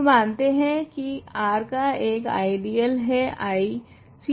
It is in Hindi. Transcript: तो मानते है की I R का एक आइडियल है Ct मे t21 है